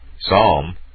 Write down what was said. Psalm